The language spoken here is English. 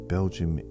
Belgium